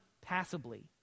passably